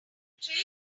whistles